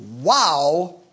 wow